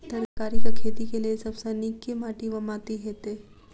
तरकारीक खेती केँ लेल सब सऽ नीक केँ माटि वा माटि हेतै?